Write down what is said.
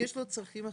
יש לו צרכים אחרים.